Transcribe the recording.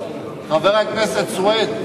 חבר הכנסת סוייד.